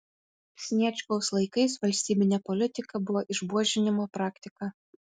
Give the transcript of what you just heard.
sniečkaus laikais valstybine politika buvo išbuožinimo praktika